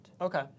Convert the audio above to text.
Okay